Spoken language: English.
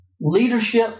leadership